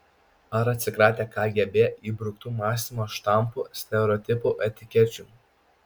ar atsikratę kgb įbruktų mąstymo štampų stereotipų etikečių